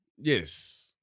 Yes